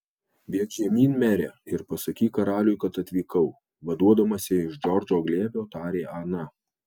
bėk žemyn mere ir pasakyk karaliui kad atvykau vaduodamasi iš džordžo glėbio tarė ana